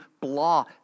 blah